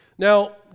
Now